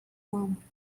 one